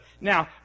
Now